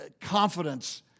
Confidence